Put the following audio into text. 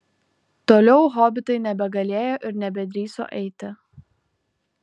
toliau hobitai nebegalėjo ir nebedrįso eiti